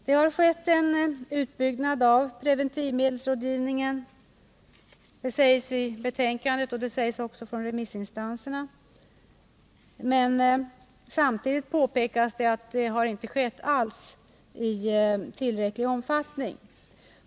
Det har skett en utbyggnad av preventivmedelsrådgivningen — det anförs i betänkandet, och det har också remissinstanserna framhållit. Men samtidigt påpekas det att utbyggnaden inte alls har skett i tillräcklig omfattning.